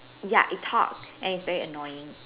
ya it talk and it's very annoying